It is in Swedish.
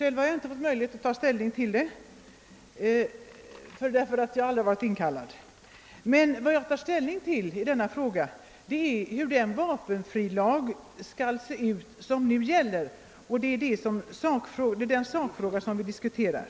Vad mig själv beträffar har jag aldrig fått möjlighet att vägra värnplikt, eftersom jag aldrig varit inkallad. Men vad jag tar ställning till är hur gällande vapenfrilag skall se ut, och jag vill upprepa att det är den sakfrågan vi diskuterar.